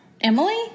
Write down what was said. Emily